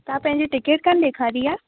तव्हां पंहिंजी टिकट कोन्ह ॾेखारी आहे